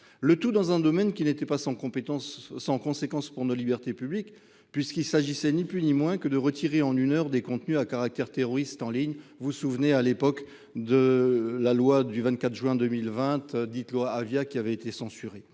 Le tout dans un domaine qui n'était pas sans compétence sans conséquence pour nos libertés publiques puisqu'il s'agissait ni plus ni moins que de retirer en une heure des contenus à caractère terroriste en ligne vous souvenez à l'époque de la loi du 24 juin 2020, dite loi Avia, qui avait été censuré.